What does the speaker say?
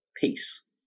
peace